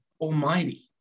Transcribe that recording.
Almighty